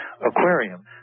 aquarium